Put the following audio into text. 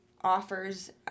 offers